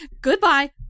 Goodbye